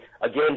again